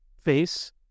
face